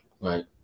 right